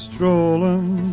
Strolling